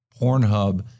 Pornhub